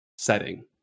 setting